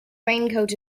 raincoat